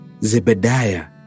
Zebediah